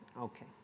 Okay